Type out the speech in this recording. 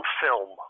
film